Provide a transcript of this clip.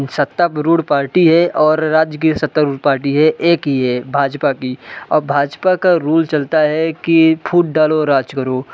सत्तारूढ़ पार्टी है और जो राज्य की सत्तारूढ़ पार्टी है एक ही है भाजपा की और भाजपा का रूल चलता है की फूट डालो राज करो